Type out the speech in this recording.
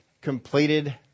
completed